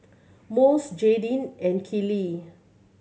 Mose Jadyn and Keely